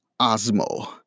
Osmo